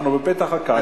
אנחנו בפתח הקיץ.